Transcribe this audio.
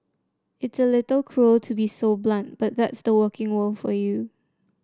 it's a little cruel to be so blunt but that's the working world for you